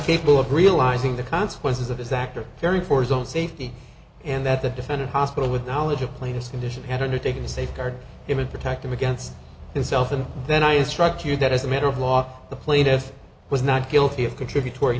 capable of realizing the consequences of his act or caring for his own safety and that the defendant hospital with knowledge of plaintiff's condition had undertaken to safeguard him and protect him against himself and then i instruct you that as a matter of law the plaintiff was not guilty of contributory